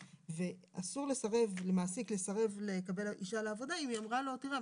7:30. ואסור למעסיק לסרב לקבל אישה לעבודה אם היא אמרה לו תראה,